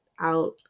out